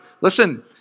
Listen